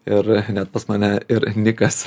ir net pas mane ir nikas